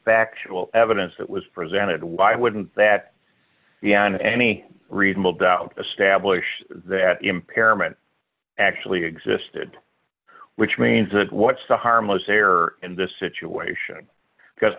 factual evidence that was presented why wouldn't that in any reasonable doubt establish that impairment actually existed which means that what's the harm was there in this situation because